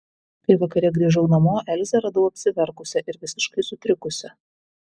kai vakare grįžau namo elzę radau apsiverkusią ir visiškai sutrikusią